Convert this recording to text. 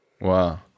Wow